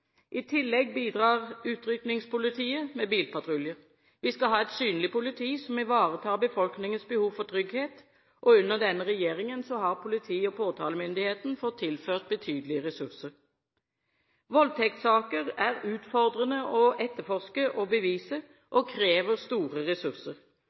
I tillegg bidrar Utrykningspolitiet med bilpatruljer. Vi skal ha et synlig politi som ivaretar befolkningens behov for trygghet, og under denne regjeringen har politi og påtalemyndigheten fått tilført betydelige ressurser. Voldtektssaker er utfordrende å etterforske og